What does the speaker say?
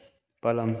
पलंग